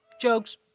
jokes